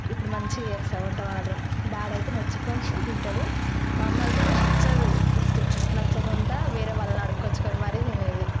ఇప్పుడు మంచిగా చేస్తా వంట మాత్రం డాడీ అయితే మెచ్చుకుని తింటాడు మా అమ్మ అయితే నచ్చదు ఫస్టు నచ్చకుంటా వేరేవాళ్ళని అడుకొచ్చుకుని మరీ తినేది